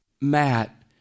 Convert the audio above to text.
Matt